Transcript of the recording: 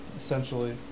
essentially